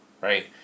right